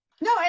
No